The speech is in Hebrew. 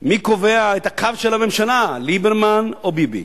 מי קובע את הקו של הממשלה, ליברמן או ביבי.